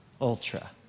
ultra